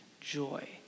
joy